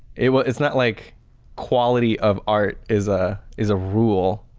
it was it's not like quality of art is a is a rule.